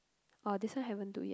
oh this one haven't do yet